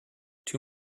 too